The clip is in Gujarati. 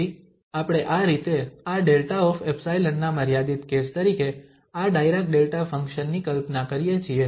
તેથી આપણે આ રીતે આ 𝛿𝜖 ના મર્યાદિત કેસ તરીકે આ ડાયરાક ડેલ્ટા ફંક્શન ની કલ્પના કરીએ છીએ